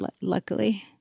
Luckily